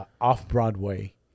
Off-Broadway